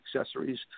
accessories